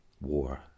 War